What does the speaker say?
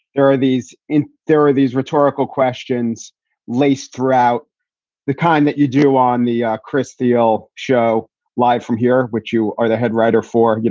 there are these in there are these rhetorical questions laced throughout the kind that you do on the ah chris theel show live from here, which you are the head writer for. you